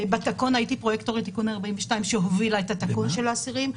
ובתקון הייתי פרויקטורית תיקון 42 שהובילה את התקון של האסירים.